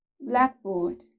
Blackboard